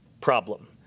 problem